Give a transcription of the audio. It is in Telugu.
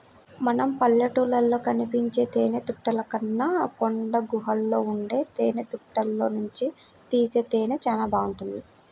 మన పల్లెటూళ్ళలో కనిపించే తేనెతుట్టెల కన్నా కొండగుహల్లో ఉండే తేనెతుట్టెల్లోనుంచి తీసే తేనె చానా బాగుంటది